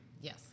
Yes